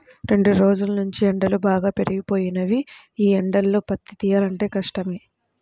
రెండ్రోజుల్నుంచీ ఎండలు బాగా పెరిగిపోయినియ్యి, యీ ఎండల్లో పత్తి తియ్యాలంటే కష్టమే